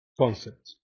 concepts